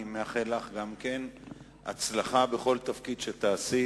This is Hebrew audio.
גם אני מאחל לך הצלחה בכל תפקיד שתעשי